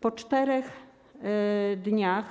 Po 4 dniach